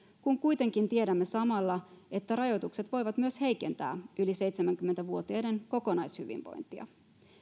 kun kuitenkin tiedämme samalla että rajoitukset voivat myös heikentää yli seitsemänkymmentä vuotiaiden kokonaishyvinvointia